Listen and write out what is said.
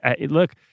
Look